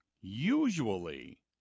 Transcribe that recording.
Usually